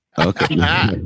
Okay